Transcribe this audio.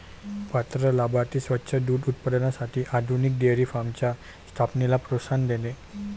पात्र लाभार्थी स्वच्छ दूध उत्पादनासाठी आधुनिक डेअरी फार्मच्या स्थापनेला प्रोत्साहन देणे